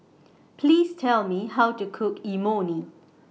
Please Tell Me How to Cook Imoni